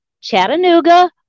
Chattanooga